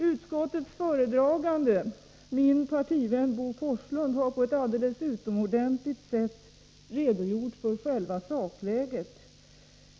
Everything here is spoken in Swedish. Utskottets talesman, min partivän Bo Forslund, har på ett utomordentligt sätt redogjort för själva sakläget.